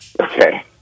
Okay